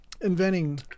inventing